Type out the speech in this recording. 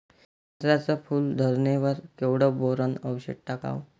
संत्र्याच्या फूल धरणे वर केवढं बोरोंन औषध टाकावं?